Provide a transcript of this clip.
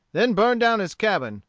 then burn down his cabin,